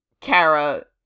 Kara